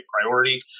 priority